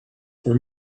for